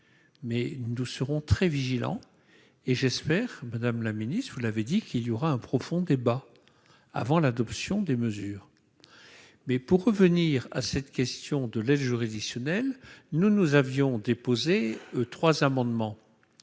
mais nous serons très vigilants et j'espère que Madame la Ministre, vous l'avez dit qu'il y aura un profond débat avant l'adoption des mesures mais pour revenir à cette question de l'aide juridictionnelle, nous, nous avions déposé 3 amendements